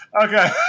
Okay